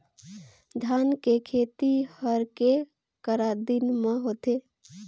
धान के खेती हर के करा दिन म होथे?